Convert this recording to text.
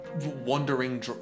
wandering